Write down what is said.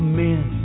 men